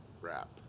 Wrap